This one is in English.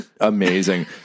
Amazing